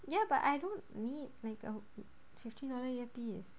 ya but I don't need like a fifty dollar earpiece